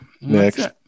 Next